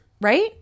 Right